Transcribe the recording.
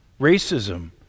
Racism